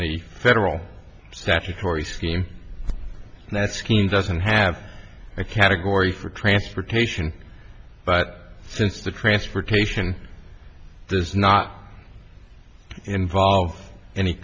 the federal statutory scheme and that scheme doesn't have a category for transportation but since the transportation does not involve any